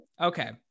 okay